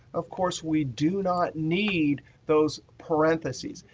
of course, we do not need those parentheses.